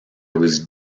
was